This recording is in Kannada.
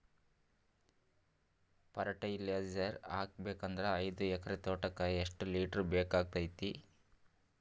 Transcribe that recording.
ಫರಟಿಲೈಜರ ಹಾಕಬೇಕು ಅಂದ್ರ ಐದು ಎಕರೆ ತೋಟಕ ಎಷ್ಟ ಲೀಟರ್ ಬೇಕಾಗತೈತಿ?